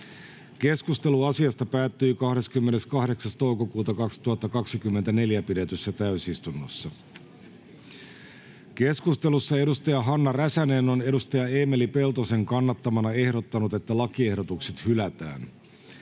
Keskustelu asiasta päättyi 28.5.2024 pidetyssä täysistunnossa. Keskustelussa edustaja Hanna Räsänen on edustaja Eemeli Peltosen kannattamana ehdottanut, että lakiehdotukset hylätään.